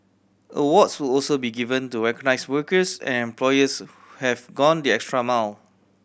awards will also be given to recognise workers and employers who have gone the extra mile